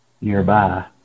nearby